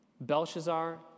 Belshazzar